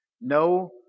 No